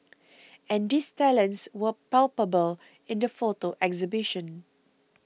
and these talents were palpable in the photo exhibition